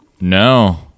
No